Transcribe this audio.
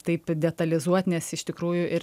taip detalizuot nes iš tikrųjų ir